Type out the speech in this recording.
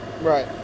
Right